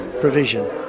provision